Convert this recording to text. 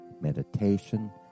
meditation